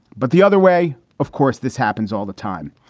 but the other way, of course, this happens all the time.